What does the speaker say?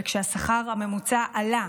וכשהשכר הממוצע עלה,